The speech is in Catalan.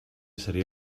seria